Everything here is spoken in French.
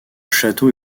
château